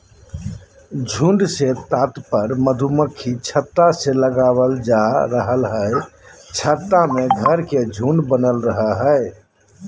झुंड से तात्पर्य मधुमक्खी छत्ता से लगावल जा रहल हई छत्ता में घर के झुंड बनल रहई हई